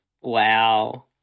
Wow